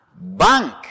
bank